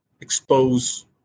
expose